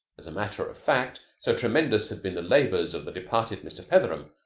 as a matter of fact, so tremendous had been the labors of the departed mr. petheram,